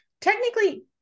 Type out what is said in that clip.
technically